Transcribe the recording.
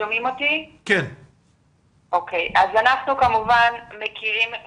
אנחנו כמובן מכירים את